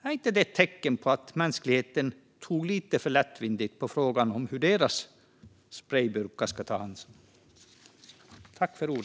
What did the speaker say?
Är inte detta ett tecken på att mänskligheten tog för lättvindigt på frågan om hur deras "sprejburkar" skulle tas om hand?